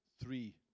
three